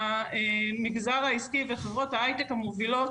מהמגזר העסקי וחברות ההיי-טק המובילות